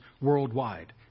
worldwide